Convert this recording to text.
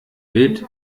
wild